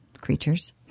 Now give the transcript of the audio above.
creatures